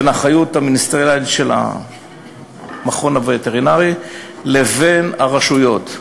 בין האחריות המיניסטריאלית של המכון הווטרינרי לבין הרשויות.